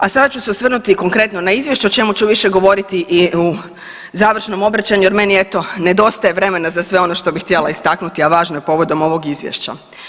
A sada ću se osvrnuti konkretno na izvješće o čemu ću više govoriti i u završnom obraćanju jer meni eto nedostaje vremena za sve ono što bih htjela istaknuti, a važno je povodom ovog izvješća.